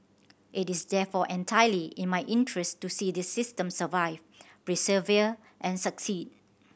it is therefore entirely in my interest to see this system survive persevere and succeed